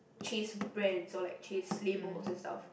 chase brands or like chase labels and stuff